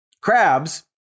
crabs